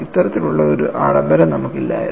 ഇത്തരത്തിലുള്ള ഒരു ആഡംബരം നമുക്ക് ഇല്ലായിരുന്നു